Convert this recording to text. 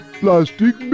plastic